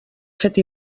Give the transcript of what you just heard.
fet